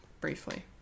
briefly